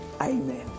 Amen